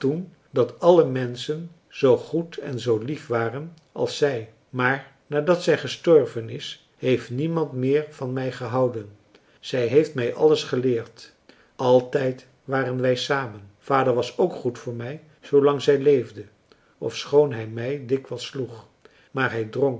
dat alle menschen zoo goed en zoo lief waren als zij maar nadat zij gestorven is heeft niemand meer van mij gehouden zij heeft mij alles geleerd altijd waren wij samen vader was ook goed voor mij zoolang zij leefde ofschoon hij mij dikwijls sloeg maar hij dronk